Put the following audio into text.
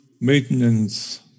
maintenance